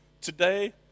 Today